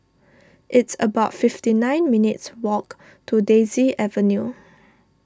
it's about fifty nine minutes' walk to Daisy Avenue